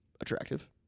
attractive